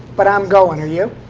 but i'm going. are you?